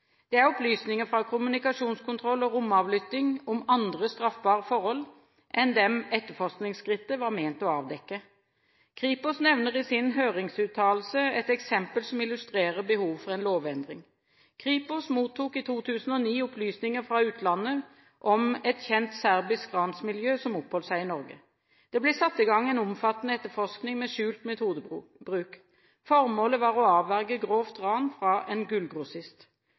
Det er opplysninger fra kommunikasjonskontroll og romavlytting om andre straffbare forhold enn dem etterforskningsskrittet var ment å avdekke. Kripos nevner i sin høringsuttalelse et eksempel som illustrerer behovet for en lovendring: Kripos mottok i 2009 opplysninger fra utlandet om et kjent serbisk ransmiljø som oppholdt seg i Norge. Det ble satt i gang en omfattende etterforskning med skjult metodebruk. Formålet var å avverge grovt ran av en gullgrossist.